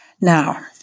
Now